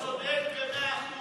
בזה אתה צודק במאה אחוז.